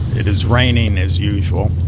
it is raining, as usual.